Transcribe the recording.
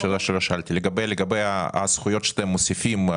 יש שאלה שלא שאלתי לגבי הזכויות שאתם מוסיפים.